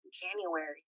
january